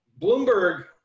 Bloomberg